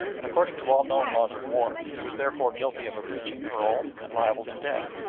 and according to all known laws of war, he was therefore guilty of a breach of parole and liable to death.